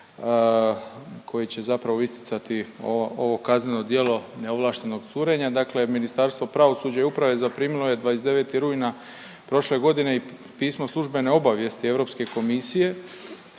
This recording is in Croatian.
koji će zapravo isticati ovo kazneno djelo neovlaštenog curenja, dakle Ministarstvo pravosuđa i uprave zaprimilo je 29. rujna prošle godine i pismo službene obavijesti Europske komisije